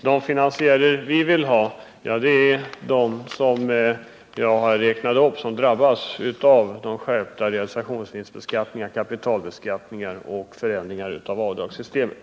De finansiärer vi föreslår är de som drabbas av skärpt realisationsvinstbeskattning, kapitalbeskattning och en förändring av avdragssystemet.